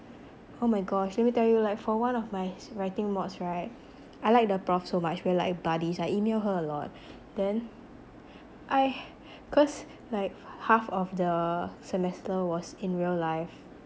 oh my gosh let me tell you like for one of my s~ writing mods right I like the prof so much we're like buddies I email her a lot then I cause like half of the semester was in real life